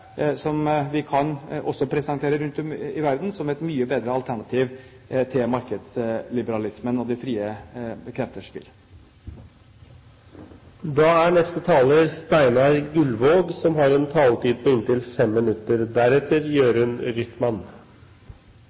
som vi også kan presentere rundt om i verden som et mye bedre alternativ til markedsliberalismen og de frie krefters spill. La meg først komplimentere interpellanten for å reise en viktig debatt på